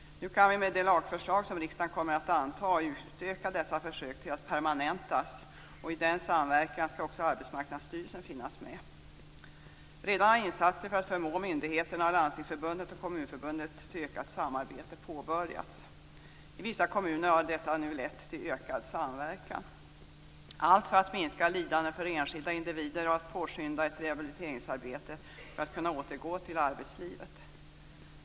Vi kan med det lagförslag som riksdagen nu kommer att anta utöka och permanenta dessa försök. I denna samverkan skall också Arbetsmarknadsstyrelsen finnas med. Redan har insatser för att förmå myndigheterna, Landstingsförbundet och Kommunförbundet till ökat samarbete påbörjats. I vissa kommuner har detta nu lett till ökad samverkan. Allt detta syftar till ett minskat lidande för enskilda individer och till påskyndande av ett rehabiliteringsarbete för återgång till arbetslivet.